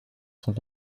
sont